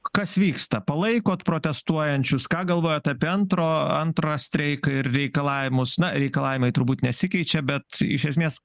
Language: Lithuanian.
kas vyksta palaikot protestuojančius ką galvojat apie antro antrą streiką ir reikalavimus na reikalavimai turbūt nesikeičia bet iš esmės